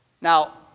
Now